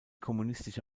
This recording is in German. kommunistische